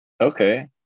Okay